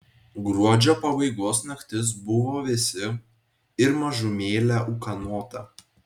gruodžio pabaigos naktis buvo vėsi ir mažumėlę ūkanota